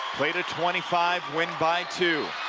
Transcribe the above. play to twenty five, win by two.